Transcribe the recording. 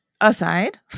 aside